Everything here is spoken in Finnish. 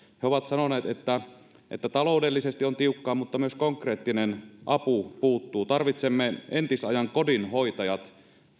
he ovat sanoneet että taloudellisesti on tiukkaa mutta myös konkreettinen apu puuttuu tarvitsemme entisajan kodinhoitajat